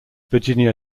virginia